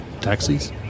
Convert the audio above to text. taxis